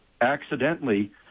accidentally